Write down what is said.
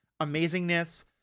amazingness